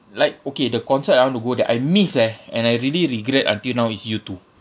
like okay the concert I want to go that I miss eh and I really regret until now is U two